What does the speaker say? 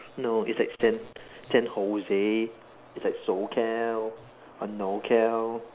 no it's like San San jose it's like socal norcal